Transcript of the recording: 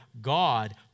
God